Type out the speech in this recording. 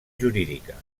jurídica